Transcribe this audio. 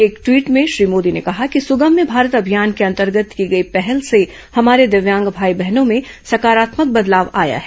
एक ट्वीट में श्री मोदी ने कहा कि सुगम्य भारत अभियान के अंतर्गत की गई पहल से हमारे दिव्यांग भाई बहनों में सकारात्मक बदलाव आया है